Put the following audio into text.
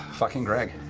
fucking greg.